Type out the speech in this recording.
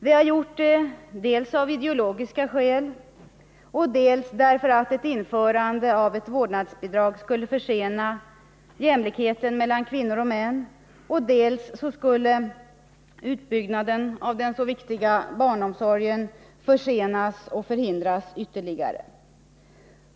Vi har gjort det dels av ideologiska skäl, dels därför att ett införande av ett vårdnadsbidrag skulle försena jämlikheten mellan kvinnor och män, dels också därför att utbyggnaden av den så viktiga barnomsorgen därigenom skulle ytterligare försenas eller förhindras.